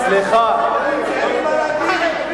הוא אומר: אין לי מה להגיד.